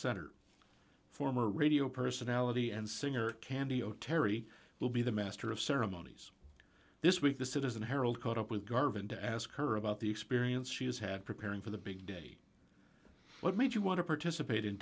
center former radio personality and singer candi oteri will be the master of ceremonies this week the citizen herald caught up with garvin to ask her about the experience she has had preparing for the big day what made you want to participate in